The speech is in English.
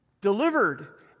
delivered